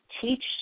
teach